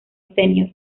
senior